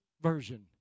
version